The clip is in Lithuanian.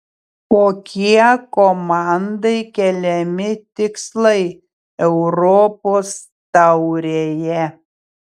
kokie komandai keliami tikslai europos taurėje